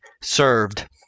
served